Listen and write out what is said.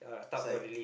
side